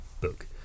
book